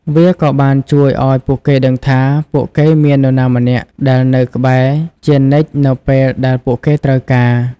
វាក៏បានជួយឱ្យពួកគេដឹងថា ពួកគេមាននរណាម្នាក់ដែលនៅក្បែរជានិច្ចនៅពេលដែលពួកគេត្រូវការ។